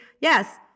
Yes